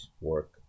work